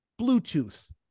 Bluetooth